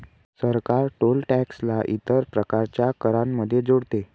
सरकार toll tax ला इतर प्रकारच्या करांमध्ये जोडते